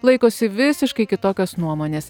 laikosi visiškai kitokios nuomonės